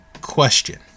question